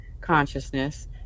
consciousness